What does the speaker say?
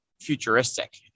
futuristic